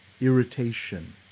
irritation